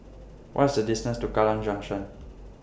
What IS The distance to Kallang Junction